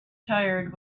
tired